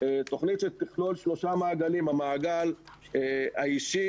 תוכנית שתכלול שלושה מעגלים המעגל האישי,